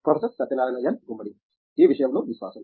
professor Satyanarayana N Gummadi ఈ విషయంలో విశ్వాసం